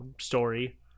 story